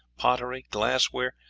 pottery, glass-ware,